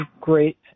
Great